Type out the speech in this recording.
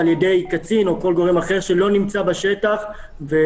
על ידי קצין או כל גורם אחר שלא נמצא בשטח ואין